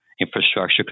infrastructure